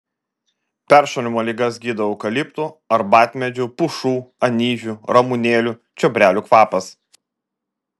peršalimo ligas gydo eukaliptų arbatmedžių pušų anyžių ramunėlių čiobrelių kvapas